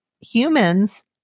humans